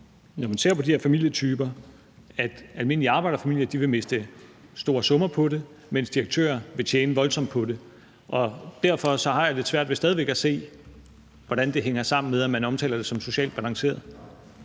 når man ser på de her familietyper, at almindelige arbejderfamilier vil miste store summer på det, mens direktører vil tjene voldsomt på det. Derfor har jeg stadig væk lidt svært ved at se, hvordan det hænger sammen med, at man omtaler det som socialt balanceret.